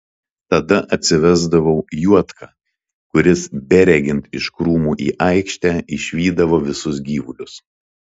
tada atsivesdavau juodką kuris beregint iš krūmų į aikštę išvydavo visus gyvulius